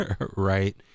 right